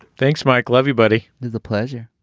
thanks michael everybody the pleasure